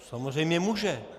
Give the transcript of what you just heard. Samozřejmě může.